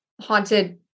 haunted